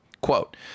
Quote